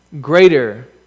greater